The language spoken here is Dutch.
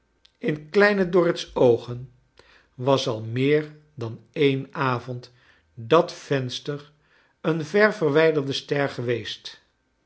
in kleine dorrit's oogen was al meer dan een avond dat venster een ver venvijderde ster geweest